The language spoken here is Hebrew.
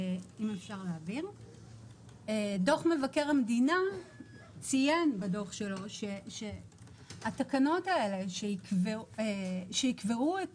דוח מבקר המדינה ציין שהתקנות האלה שיקבעו את